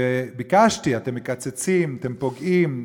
וביקשתי: אתם מקצצים, אתם פוגעים.